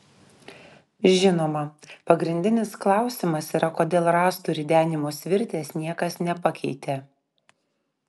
žinoma pagrindinis klausimas yra kodėl rąstų ridenimo svirties niekas nepakeitė